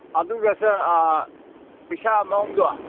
ꯑꯗꯨꯒ ꯁꯥꯔ ꯄꯩꯁꯥ ꯃꯑꯣꯡꯗꯣ